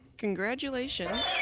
Congratulations